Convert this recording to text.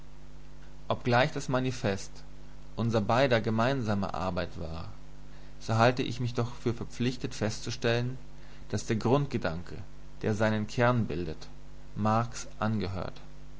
obgleich das manifest unser beider gemeinsame arbeit war so halte ich mich doch für verpflichtet festzustellen daß der grundgedanke der seinen kern bildet marx angehört